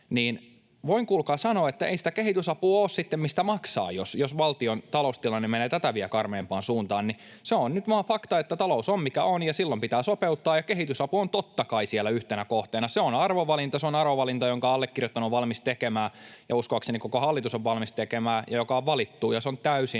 niin voin kuulkaa sanoa, että ei sitten ole sitä kehitysapua, mistä maksaa, jos valtion taloustilanne menee vielä tätä karmeampaan suuntaan — se on nyt vain fakta, että talous on mikä on ja silloin pitää sopeuttaa ja kehitysapu on, totta kai, siellä yhtenä kohteena. Se on arvovalinta. Se on arvovalinta, jonka allekirjoittanut on valmis tekemään ja uskoakseni koko hallitus on valmis tekemään ja joka on valittu, ja se on täysin